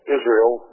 Israel